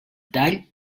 tall